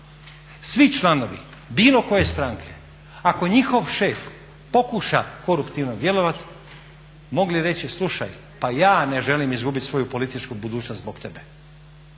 svi članovi bilo koje stranke ako njihov šef pokuša koruptivno djelovati mogli reći slušaj pa ja ne želim izgubiti svoju političku budućnost zbog tebe.